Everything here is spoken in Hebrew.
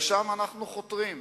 ולשם אנחנו חותרים.